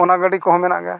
ᱚᱱᱟ ᱜᱟᱹᱰᱤ ᱠᱚᱦᱚᱸ ᱢᱮᱱᱟᱜ ᱜᱮᱭᱟ